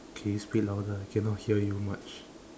can you speak louder I cannot hear you much